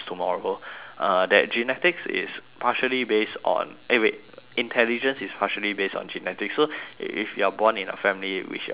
uh that genetics is partially based on eh wait intelligence is partially based on genetics so if you're born in a family in which your family are